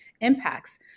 impacts